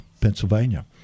Pennsylvania